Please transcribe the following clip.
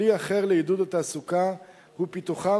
כלי אחר לעידוד התעסוקה הוא פיתוחם